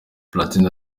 platini